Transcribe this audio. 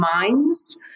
minds